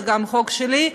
וגם החוק שלי,